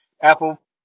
Apple